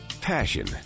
passion